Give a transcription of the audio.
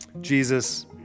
Jesus